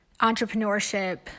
entrepreneurship